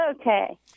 Okay